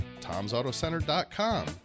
tomsautocenter.com